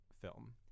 film